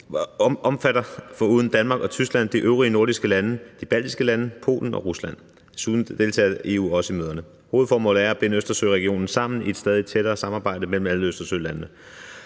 omfatter foruden Danmark og Tyskland de øvrige nordiske lande, de baltiske lande, Polen og Rusland. Desuden deltager EU i møderne. Hovedformålet er at binde Østersøregionen sammen i et stadig tættere samarbejde mellem alle Østersølandene.